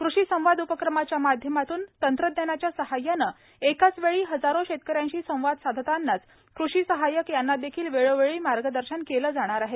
कृषी संवाद उपक्रमाच्या माध्यमातून तंत्रज्ञानाच्या सहाय्याने एकाच वेळी हजारो शेतकऱ्यांशी संवाद साधतानाच कृषी सहाय्यक यांना देखील वेळोवेळी मार्गदर्शन केले जाणार आहे